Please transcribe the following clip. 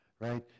right